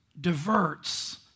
diverts